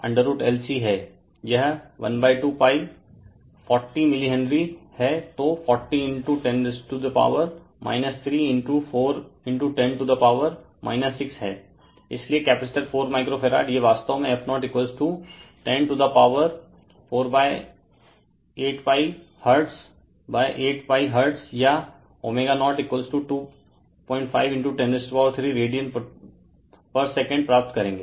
यह12π रेफेर time 0611 40 millihenry हैं तो 40 10 to the power 3 4 10 to the power 6 है इसलिए कपैसिटर 4 माइक्रो फैरड ये वास्तव में f0 10 to the power 48π hertz8 hertz या ω025103 रेडियन पर सेकंड प्राप्त करेंगे